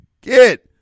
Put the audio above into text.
get